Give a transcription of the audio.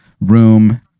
room